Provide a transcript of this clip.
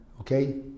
Okay